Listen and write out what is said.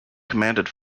commanded